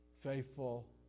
faithful